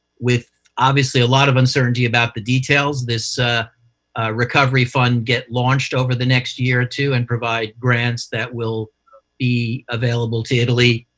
with obviously a lot of uncertainty about the details, this recovery fund get launched over the next year or two and provide grants that will be available to italy.